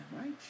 right